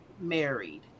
married